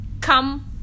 Come